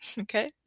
okay